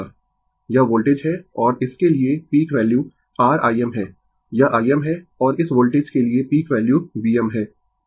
यह वोल्टेज है और इस के लिए पीक वैल्यू r Im है यह Im है और इस वोल्टेज के लिए पीक वैल्यू Vm है